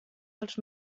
dels